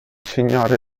signore